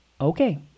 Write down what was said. okay